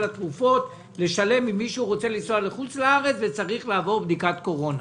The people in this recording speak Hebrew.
התרופות אם מישהו רוצה לנסוע לחוץ לארץ וצריך לעבור בדיקת קורונה,